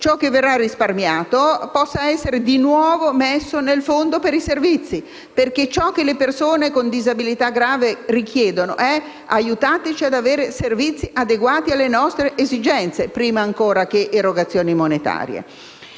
ciò che verrà risparmiato potrà essere di nuovo versato nel Fondo per i servizi. Ciò che le persone con disabilità grave richiedono è infatti di aiutarli ad avere dei servizi adeguati alle loro esigenze, prima ancora che le erogazioni monetarie.